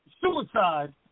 suicide